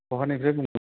बहानिफ्राय बुं